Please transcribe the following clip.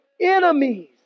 enemies